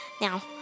Now